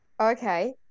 okay